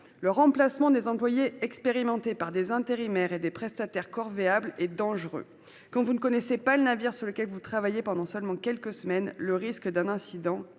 le remplacement des employés expérimentés par des intérimaires et des prestataires corvéables à merci est dangereux. Quand vous ne connaissez pas le navire sur lequel vous travaillez pendant seulement quelques semaines, le risque d'un incident est